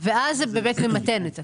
ואז זה באמת ממתן את זה.